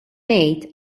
ngħid